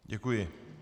Děkuji.